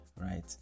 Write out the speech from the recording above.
right